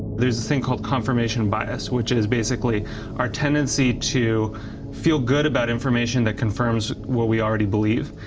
there's this thing called confirmation bias which is basically our tendency to feel good about information that confirms what we already believe,